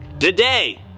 Today